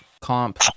comp